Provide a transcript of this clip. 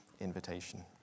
invitation